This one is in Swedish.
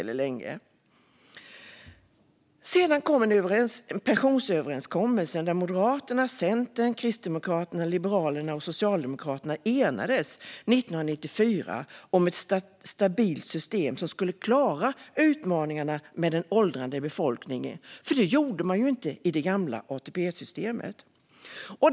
Sedan kom pensionsöverenskommelsen 1994, där Moderaterna, Centern, Kristdemokraterna, Liberalerna och Socialdemokraterna enades om ett stabilt system som skulle klara utmaningarna med en åldrande befolkning, för det gjorde man ju inte i det gamla ATP-systemet.